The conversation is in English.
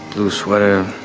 blue sweater.